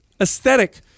aesthetic